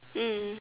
mm